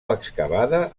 excavada